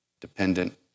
dependent